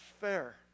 fair